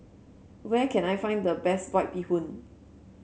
where can I find the best White Bee Hoon